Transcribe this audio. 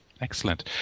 excellent